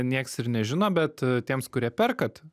nieks ir nežino bet tiems kurie perkat